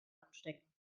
anstecken